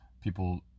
people